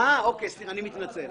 סליחה, אני מתנצל.